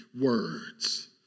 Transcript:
words